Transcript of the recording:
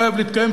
חייב להתקיים,